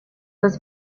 was